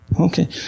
Okay